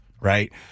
right